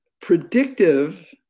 predictive